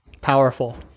powerful